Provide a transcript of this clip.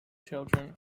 children